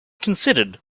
considered